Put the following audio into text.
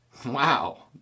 Wow